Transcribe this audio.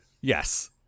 Yes